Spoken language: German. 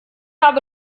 habe